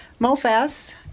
MOFAS